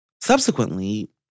Subsequently